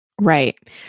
Right